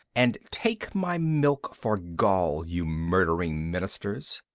and take my milk for gall, you murdering ministers.